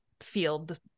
field